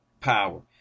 power